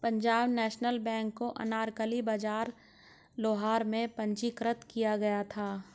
Punjab national bank को अनारकली बाजार लाहौर में पंजीकृत किया गया था